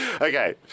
Okay